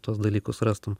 tuos dalykus rastum